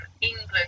England